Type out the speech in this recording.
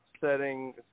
setting